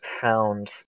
found